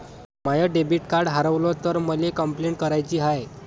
माय debit card हारवल तर मले कंपलेंट कराची हाय